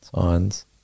Signs